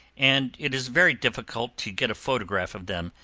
and it is very difficult to get a photograph of them,